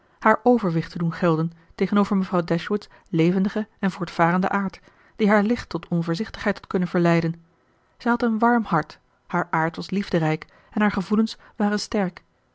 haar overwicht te doen gelden tegenover mevrouw dashwood's levendigen en voortvarenden aard die haar licht tot onvoorzichtigheid had kunnen verleiden zij had een warm hart haar aard was liefderijk en haar gevoelens waren sterk